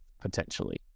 potentially